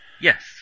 Yes